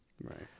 Right